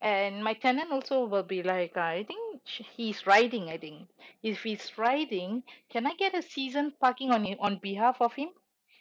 and my tenant also will be like I think she he is riding I think if he's riding can I get a season parking on it on behalf of him